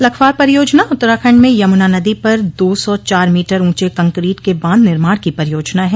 लखवार परियोजना उत्तराखंड में यमुना नदी पर दो सौ चार मीटर ऊंचे कंकरीट के बांध निर्माण की परियोजना है